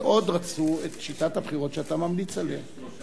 מאוד רצו את שיטת הבחירות שאתה ממליץ עליה,